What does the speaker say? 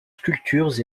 sculptures